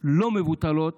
לא מבוטלות